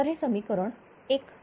तर हे तुम्ही समीकरण एक दिले